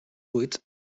buits